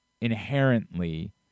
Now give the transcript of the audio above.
inherently